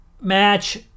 match